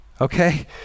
Okay